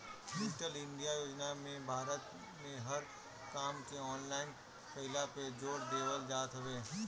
digital India योजना में भारत में हर काम के ऑनलाइन कईला पे जोर देवल जात हवे